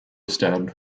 stand